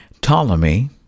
Ptolemy